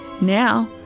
now